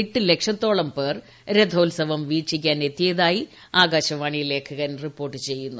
എട്ട് ലക്ഷത്തോളം പേർ രഥോത്സവം വീക്ഷിക്കാൻ എത്തിയതായി ആകാശവാണി ലേഖകൻ റിപ്പോർട്ട് ചെയ്യുന്നു